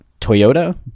Toyota